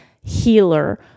healer